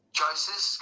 Choices